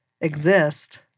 exist